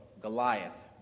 Goliath